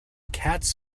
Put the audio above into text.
cats